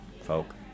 folk